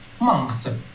monks